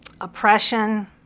oppression